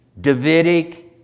Davidic